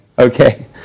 Okay